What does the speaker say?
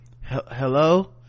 hello